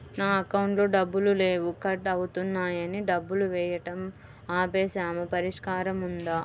నా అకౌంట్లో డబ్బులు లేవు కట్ అవుతున్నాయని డబ్బులు వేయటం ఆపేసాము పరిష్కారం ఉందా?